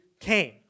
came